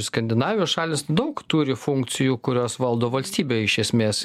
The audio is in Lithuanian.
skandinavijos šalys daug turi funkcijų kurios valdo valstybę iš esmės